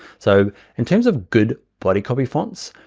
so in terms of good body copy fonts,